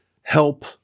help